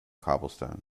cobblestone